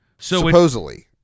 supposedly